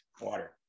water